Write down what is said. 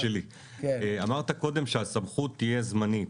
אמרת קודם שהסמכות תהיה זמנית.